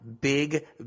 Big